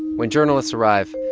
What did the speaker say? when journalists arrive,